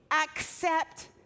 accept